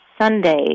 Sunday